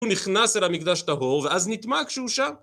הוא נכנס אל המקדש טהור ואז נטמא כשהוא שם.